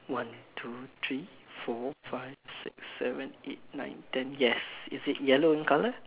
one two three four five six seven eight nine ten yes is it yellow in color